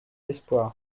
l’espoir